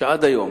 שעד היום,